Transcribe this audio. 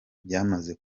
byamaze